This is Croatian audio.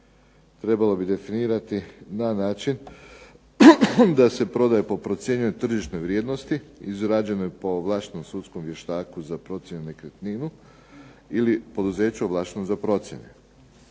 trebalo bi definirati na način da se prodaje po procijenjenoj tržišnoj vrijednosti izrađenoj po ovlaštenom sudskom vještaku za procjenu nekretnina ili poduzeću ovlaštenom za procjene.